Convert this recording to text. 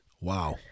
Wow